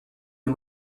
des